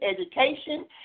education